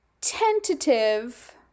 tentative